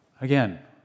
Again